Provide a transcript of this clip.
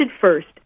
first